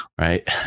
right